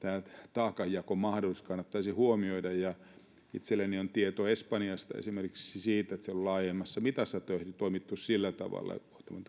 taakanjakomahdollisuus kannattaisi huomioida itselläni on tieto espanjasta esimerkiksi siitä että siellä on laajemmassa mitassa tehty sillä tavalla